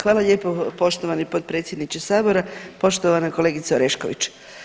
Hvala lijepo poštovani potpredsjedniče Sabora, poštovana kolegice Orešković.